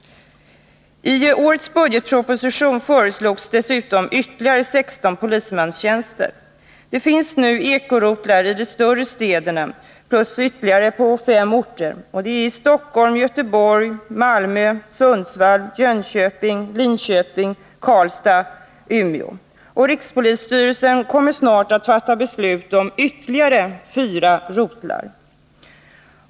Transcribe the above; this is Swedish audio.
I budgetpropositionen föreslogs dessutom ytterligare 16 polismanstjänster. Det finns nu eko-rotlar i de större städerna samt på ytterligare fem orter — Stockholm, Göteborg, Malmö, Sundsvall, Jönköping, Linköping, Karlstad och Umeå — och rikspolisstyrelsen kommer snart att fatta beslut om inrättande av fyra rotlar till.